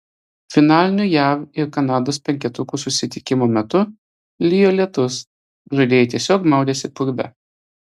finalinio jav ir kanados penketukų susitikimo metu lijo lietus žaidėjai tiesiog maudėsi purve